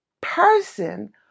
person